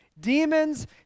Demons